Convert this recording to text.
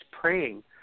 praying